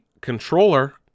controller